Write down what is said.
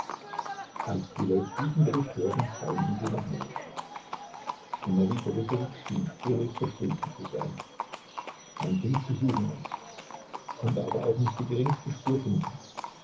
als die leute diesen bericht hörten staunten sie noch mehr sinowij borissowitsch schien spurlos verschwunden zu sein man fing zu suchen an konnte aber auch nicht die geringste spur finden